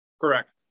Correct